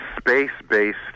space-based